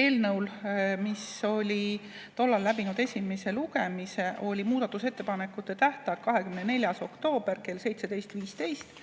eelnõule, mis oli tollal läbinud esimese lugemise, oli muudatusettepanekute tähtajaks määratud 24. oktoober kell 17.15.